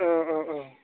औ औ औ